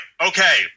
okay